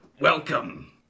Welcome